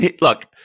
Look